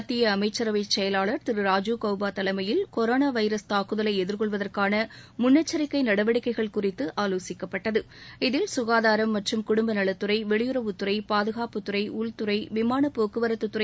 மத்திய அமைச்சரவை செயலாளர் திரு ராஜீவ் கவுபா தலைமையில் கொரோனா வைரஸ் தாக்குதலை எதிர்கொள்வதற்கான முன்னெச்சரிக்கை நடவடிக்கைகள் குறித்து ஆவோசிக்கப்பட்டது இதில் சுகாதாரம் மற்றும் குடும்ப நலத்துறை வெளியுறவுத்துறை பாதுகாப்புத்துறை உள்துறை விமானப் போக்குவரத்துத்துறை